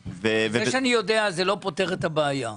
זה שאני יודע זה לא פותר את הבעיה,